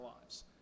lives